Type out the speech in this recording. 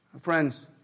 Friends